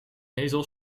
ezel